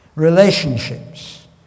relationships